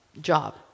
job